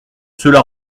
cela